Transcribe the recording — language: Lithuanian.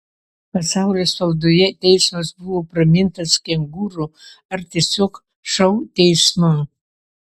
pasaulio spaudoje teismas buvo pramintas kengūrų ar tiesiog šou teismu